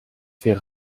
fait